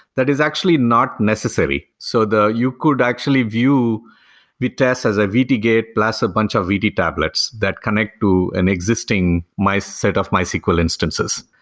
that is actually not necessary, so you could actually view vitess as a vt gate, plus a bunch of vt tablets that connect to an existing my set of mysql instances.